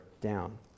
down